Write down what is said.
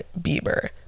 Bieber